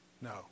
No